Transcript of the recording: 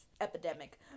epidemic